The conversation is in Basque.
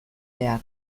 behar